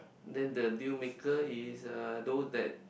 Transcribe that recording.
then that deal maker is uh those that